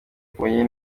kumenya